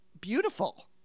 beautiful